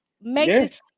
Make